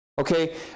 Okay